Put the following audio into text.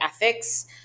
ethics